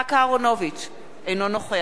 אינו נוכח אריאל אטיאס,